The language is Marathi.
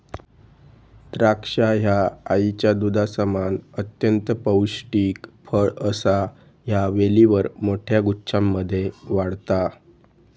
द्राक्षा ह्या आईच्या दुधासमान अत्यंत पौष्टिक फळ असा ह्या वेलीवर मोठ्या गुच्छांमध्ये वाढता